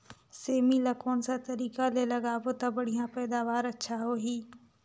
सेमी ला कोन सा तरीका ले लगाबो ता बढ़िया पैदावार अच्छा होही?